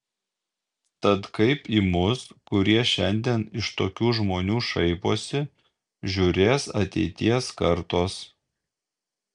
tad kaip į mus kurie šiandien iš tokių žmonių šaiposi žiūrės ateities kartos